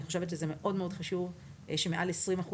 אני חושבת שזה מאוד מאוד חשוב שמעל 20%